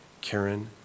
Karen